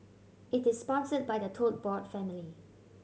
it is sponsored by the Tote Board family